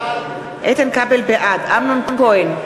בעד אמנון כהן,